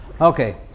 Okay